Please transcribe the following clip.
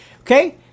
Okay